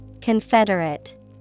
Confederate